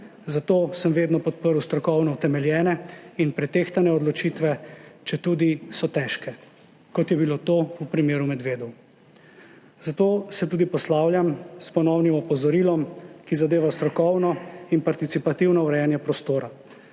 zato sem vedno podprl strokovno utemeljene in pretehtane odločitve, četudi so težke, kot je bilo to v primeru medvedov. Zato se tudi poslavljam s ponovnim opozorilom, ki zadeva strokovno in participativno urejanje prostora.